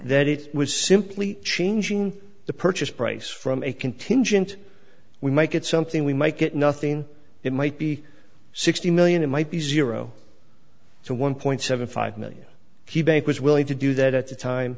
that it was simply changing the purchase price from a contingent we might get something we might get nothing it might be sixty million it might be zero to one point seven five million he bank was willing to do that at the time